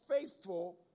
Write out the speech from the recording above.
faithful